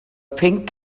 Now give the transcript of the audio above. pinc